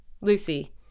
Lucy